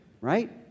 Right